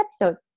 episode